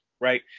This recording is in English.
right